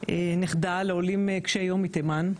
נכדה לעולים קשיי יום מתימן,